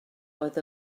oedd